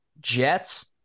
jets